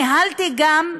ניהלתי גם,